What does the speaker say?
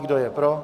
Kdo je pro?